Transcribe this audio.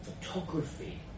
Photography